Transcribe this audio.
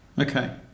Okay